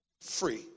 free